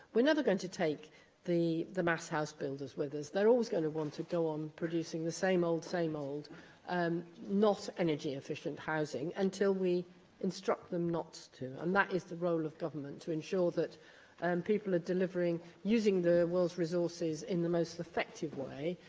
we're never going to take the the mass house builders with us. they're always going to want to go on producing the same old, same old um not-energy-efficient housing until we instruct them not to, and that is the role of government to ensure that and people are delivering using the world's resources in the most effective way.